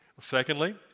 Secondly